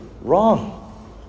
wrong